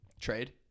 trade